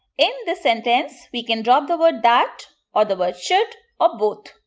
in this sentence, we can drop the word that or the word should or both,